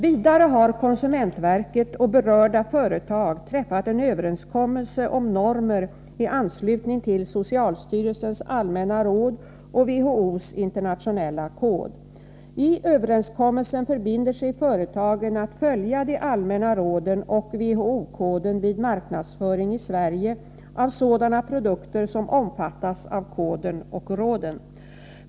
Vidare har konsumentverket och berörda företag träffat en överenskommelse om normer i anslutning till socialstyrelsens allmänna råd och WHO:s internationella kod. I överenskommelsen förbinder sig företagen att följa de allmänna råden och WHO-koden vid marknadsföring i Sverige av sådana produkter som omfattas av koden och råden.